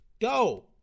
Go